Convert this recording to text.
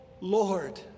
Lord